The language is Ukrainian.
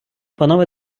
панове